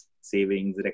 savings